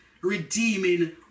redeeming